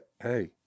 hey